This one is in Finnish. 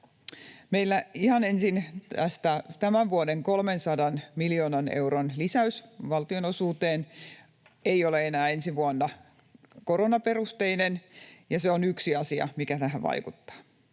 perusteet. Tämän vuoden 300 miljoonan euron lisäys valtionosuuteen ei ole enää ensi vuonna koronaperusteinen, ja se on yksi asia, mikä tähän vaikuttaa.